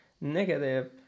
negative